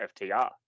FTR